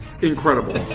incredible